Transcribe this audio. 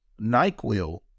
NyQuil